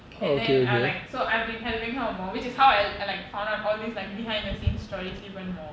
and then I like so I've been helping her more which is how I I like found out all these like behind the scenes stories even more